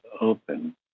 open